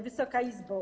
Wysoka Izbo!